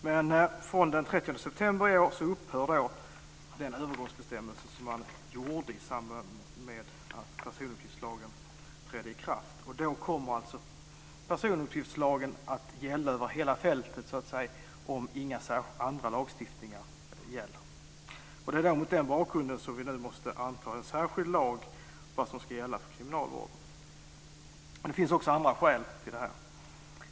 Men från den 30 september i år upphör den övergångsbestämmelse som infördes i samband med att personuppgiftslagen trädde i kraft. Då kommer alltså personuppgiftslagen att gälla över hela fältet, om inga andra lagstiftningar gäller. Det är mot den bakgrunden som vi nu måste anta en särskild lag för vad som ska gälla för kriminalvården. Det finns också andra skäl till det här.